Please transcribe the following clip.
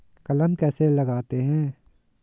कलम कैसे लगाते हैं?